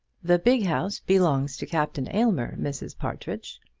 the big house belongs to captain aylmer, mrs. partridge.